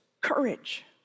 courage